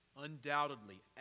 Undoubtedly